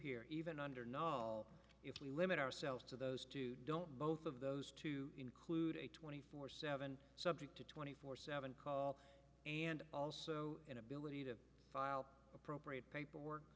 here even under no if we limit ourselves to those two don't both of those to include a twenty four seven subject to twenty four seven call and also inability to file appropriate paperwork